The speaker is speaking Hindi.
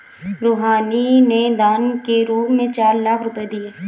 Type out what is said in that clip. रूहानी ने दान के रूप में चार लाख रुपए दिए